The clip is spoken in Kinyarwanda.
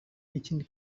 ikindi